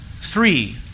Three